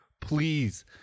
Please